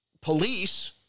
police